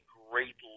great